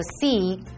see